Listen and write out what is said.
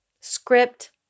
Script